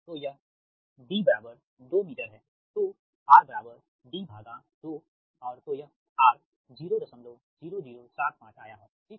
तो यह d 2 metre है तो r बराबर d भागा 2 और तो यह r 00075 आया है ठीक है